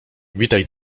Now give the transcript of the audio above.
witaj